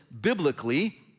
biblically